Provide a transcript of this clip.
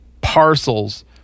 parcels